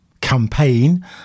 campaign